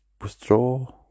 withdraw